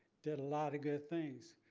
did a lot of good things,